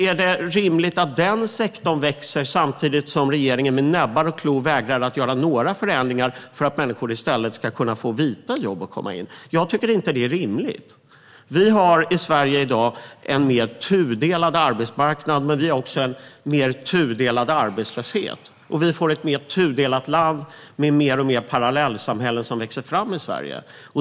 Är det rimligt att den sektorn växer samtidigt som regeringen med näbbar och klor vägrar att göra några förändringar för att människor i stället ska kunna få vita jobb? Jag tycker inte att det är rimligt. Vi har i Sverige i dag en mer tudelad arbetsmarknad, men vi har också en mer tudelad arbetslöshet. Vi får ett mer tudelat land med mer och mer parallellsamhällen som växer fram.